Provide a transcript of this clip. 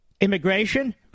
immigration